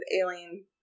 alien